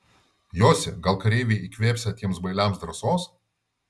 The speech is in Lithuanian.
josi gal kareiviai įkvėpsią tiems bailiams drąsos